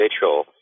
Mitchell